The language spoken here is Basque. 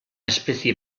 espezie